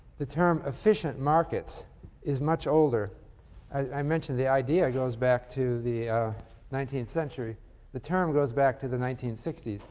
the term efficient markets is much older i mentioned the idea goes back to the nineteenth century and the term goes back to the nineteen sixty s.